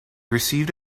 received